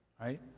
Right